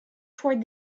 toward